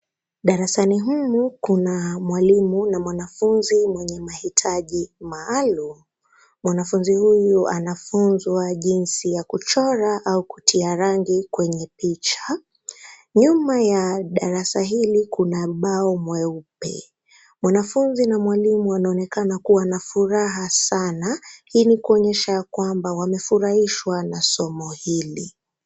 Darasani humu kuna mwalimu na mwanafunzi mwenye mahitaji maalum. Mwanafunzi huyu anafunzwa jinsi ya kuchora au kutia rangi kwenye picha. Nyuma ya darasa hili kuna ubao mweupe. Mwanafunzi na mwalimu wanaonekana kuwa na furaha sana, hii ni kuonyesha ya kwamba wamefurahishwa na somo hili.